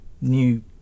new